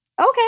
okay